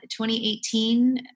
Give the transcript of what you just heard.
2018